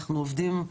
אנחנו עובדים,